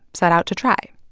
set out to try.